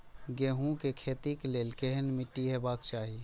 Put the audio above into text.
गेहूं के खेतीक लेल केहन मीट्टी हेबाक चाही?